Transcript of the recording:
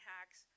Hacks